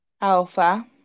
alpha